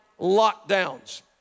lockdowns